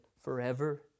forever